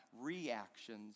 reactions